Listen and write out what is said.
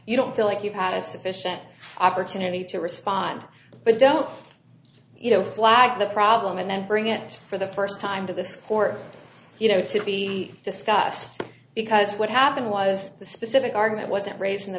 you don't feel like you've had a sufficient opportunity to respond but don't you know flag the problem and then bring it for the first time to the support you know to be discussed because what happened was the specific argument wasn't raised in the